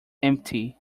empty